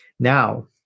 Now